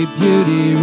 beauty